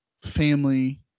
family